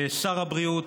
לשר הבריאות,